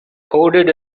coded